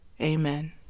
Amen